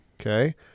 Okay